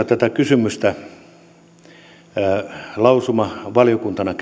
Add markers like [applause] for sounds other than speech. [unintelligible] tätä kysymystä lausumavaliokuntana [unintelligible]